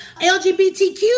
LGBTQ